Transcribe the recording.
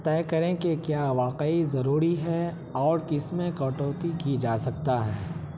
طے کریں کہ کیا واقعی ضروری ہے اور کس میں کٹوتی کی جا سکتا ہے